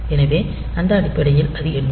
எனவே அந்த அடிப்படையில் அது எண்ணும்